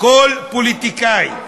כל פוליטיקאי,